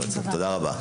תודה רבה.